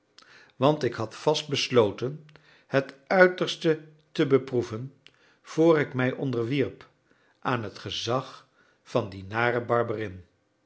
want ik had vast besloten het uiterste te beproeven voor ik mij onderwierp aan het gezag van dien naren